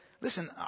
listen